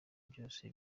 byose